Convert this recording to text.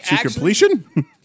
completion